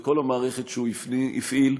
וכל המערכת שהוא הפעיל.